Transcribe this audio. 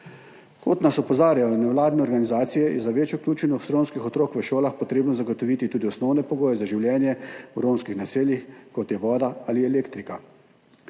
Kot nas opozarjajo nevladne organizacije, je za večjo vključenost romskih otrok v šolah treba zagotoviti tudi osnovne pogoje za življenje v romskih naseljih, kot sta voda ali elektrika.